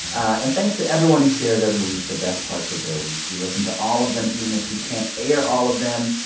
and thanks to everyone who shares every week the best parts of their week. we listen to all of them even if we can't air all of them,